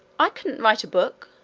i couldn't write a book,